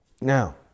Now